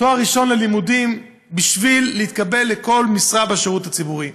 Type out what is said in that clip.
תואר ראשון בלימודים בשביל להתקבל לכל משרה בשירות הציבורי.